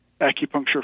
acupuncture